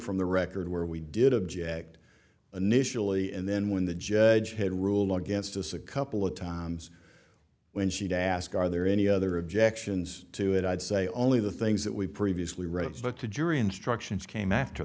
from the record where we did object initially and then when the judge had ruled against us a couple of times when she'd ask are there any other objections to it i'd say only the things that we previously wrote but the jury instructions came after